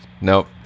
Nope